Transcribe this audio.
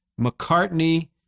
McCartney